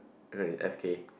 you know right F K